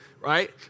right